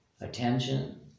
Attention